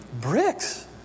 bricks